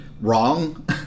wrong